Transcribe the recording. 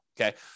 okay